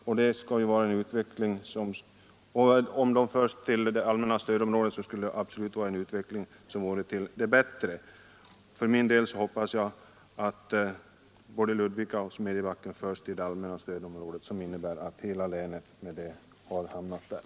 Om de förs till allmänna stödområdet skulle det absolut vara en utveckling till det bättre. För min del har jag med det sagda velat påpeka betydelsen av att Ludvika och Smedjebacken förs till det allmänna stödområdet, vilket då alltså innebär att hela länet hamnar inom det.